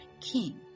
king